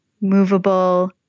movable